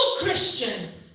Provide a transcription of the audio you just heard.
Christians